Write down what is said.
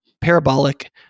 parabolic